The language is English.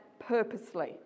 purposely